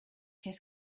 qu’est